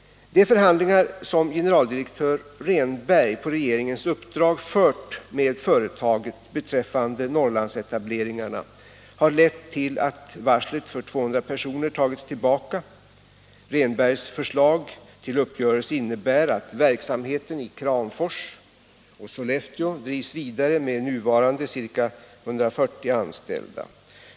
De förhandlingar som generaldirektör Rehnberg på regeringens uppdrag fört med företaget beträffande Norrlandsetableringarna har lett till att varslet för 200 personer tagits tillbaka. Rehnbergs förslag till uppgörelse innebär att verksamheten i Kramfors och Sollefteå drivs vidare med nuvarande ca 140 anställda.